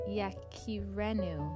yakirenu